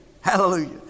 Hallelujah